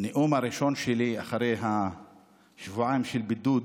הנאום הראשון שלי אחרי שבועיים של בידוד